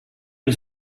les